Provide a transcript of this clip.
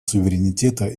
суверенитета